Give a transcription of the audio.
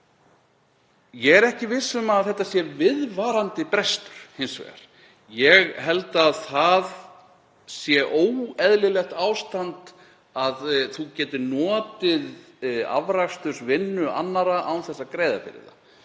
vegar ekki viss um að þetta sé viðvarandi brestur. Ég held að það sé óeðlilegt ástand að þú getir notið afraksturs af vinnu annarra án þess að greiða fyrir það.